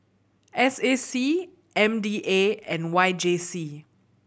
S A C M D A and Y J C